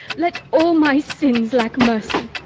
let all my sins lack mercy!